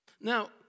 Now